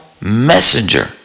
messenger